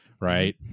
right